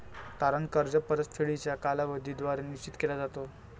तारण कर्ज परतफेडीचा कालावधी द्वारे निश्चित केला जातो